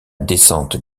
descente